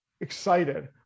excited